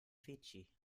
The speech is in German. fidschi